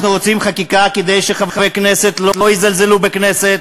אנחנו רוצים חקיקה כדי שחברי כנסת לא יזלזלו בכנסת